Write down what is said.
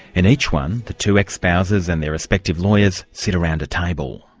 in each one, the two ex-spouses and their respective lawyers sit around a table.